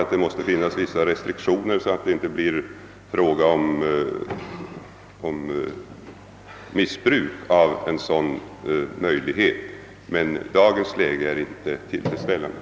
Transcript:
Givetvis måste det finnas restriktioner, så att det inte blir fråga om missbruk av en sådan möjlighet, men jag vill framhålla att dagens läge inte är tillfredsställande.